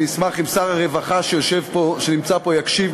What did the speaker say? אני אשמח אם שר הרווחה שנמצא פה יקשיב,